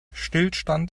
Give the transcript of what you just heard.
stillstand